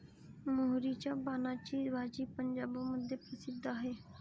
मोहरीच्या पानाची भाजी पंजाबमध्ये प्रसिद्ध आहे